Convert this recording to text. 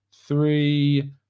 three